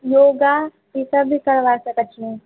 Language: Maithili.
योगा ईसभ भी करबा सकैत छियनि